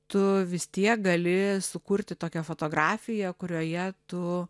tu vis tiek gali sukurti tokią fotografiją kurioje tu